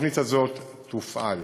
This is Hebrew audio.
התוכנית הזאת תופעל.